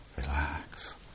relax